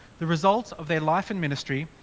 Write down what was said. the result of their life and ministry.